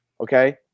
okay